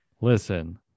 Listen